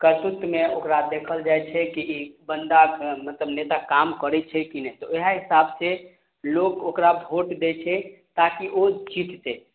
करतुतमे ओकरा देखल जाइ छै कि ई बन्दाके मतलब नेता काम करय छै की नहि तऽ उएह हिसाबसँ लोक ओकरा वोट दै छै ताकि ओ जीततय